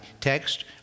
text